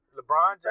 LeBron